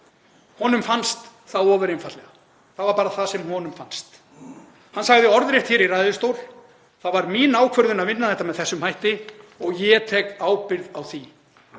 Honum fannst það ofur einfaldlega. Það var bara það sem honum fannst. Hann sagði orðrétt í ræðustól: Það var mín ákvörðun að vinna þetta með þessum hætti og ég tek ábyrgð á því.